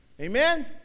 Amen